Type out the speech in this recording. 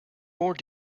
more